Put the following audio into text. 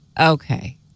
okay